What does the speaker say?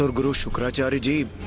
ah but shukracharya